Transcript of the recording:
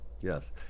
Yes